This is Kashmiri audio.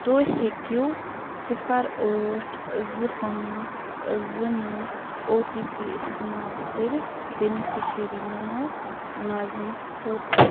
تُہۍ ہیٚکِو صِفَر ٲٹھ زٕ پانٛژ زٕ نو او ٹی پی اِستعمال کٔرِتھ بیٚنِفیشرِی ناو ناظِمس خٲطرٕ